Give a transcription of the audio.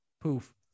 poof